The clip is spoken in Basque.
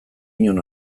inon